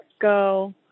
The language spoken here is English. go